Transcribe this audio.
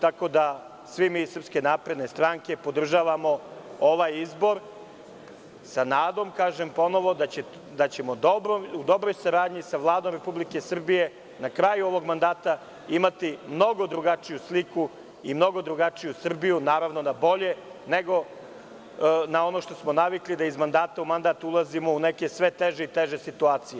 Tako da, svi mi iz SNS podržavamo ovaj izbor, sa nadom da ćemo u dobroj saradnji sa Vladom Republike Srbije na kraju ovog mandata imati mnogo drugačiju sliku i mnogo drugačiju Srbiju, naravno na bolje, nego na ono što smo navikli, da iz mandata u mandat ulazimo u neke sve teže i teže situacije.